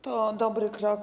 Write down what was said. To dobry krok.